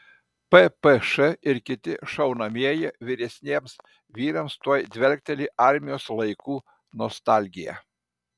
ppš ir kiti šaunamieji vyresniems vyrams tuoj dvelkteli armijos laikų nostalgija